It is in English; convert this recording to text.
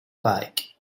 bike